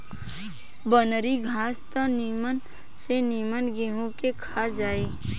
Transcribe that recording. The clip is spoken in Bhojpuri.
बनरी घास त निमन से निमन गेंहू के खा जाई